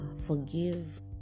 forgive